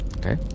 Okay